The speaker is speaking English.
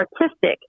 artistic